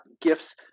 gifts